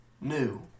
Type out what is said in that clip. new